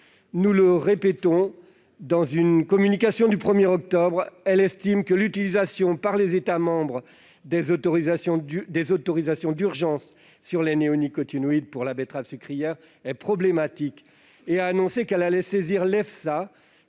Nous le répétons, dans une communication du 1octobre, celle-ci estime que l'utilisation par les États membres des dérogations d'urgence sur les néonicotinoïdes pour la betterave sucrière est problématique. Elle a annoncé qu'elle allait saisir l'EFSA